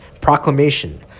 proclamation